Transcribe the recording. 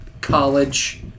college